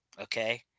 okay